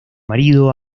marido